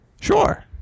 Sure